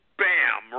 bam